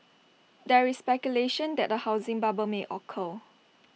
there is speculation that A housing bubble may occur